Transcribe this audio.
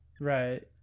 Right